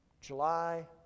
July